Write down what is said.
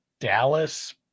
Dallas